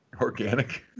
Organic